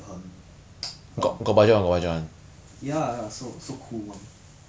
your most important part is your monitor what if you have sixty hertz refresh rate no matter how high your